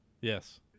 Yes